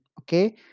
okay